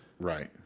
right